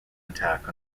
attack